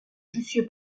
jussieu